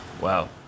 Wow